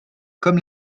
comme